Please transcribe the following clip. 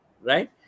right